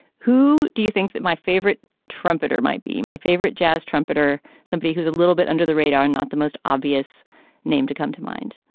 who do you think that my favorite trumpeter might be? my favorite jazz trumpeter? somebody who's a little bit under the radar. not the most obvious name to come to mind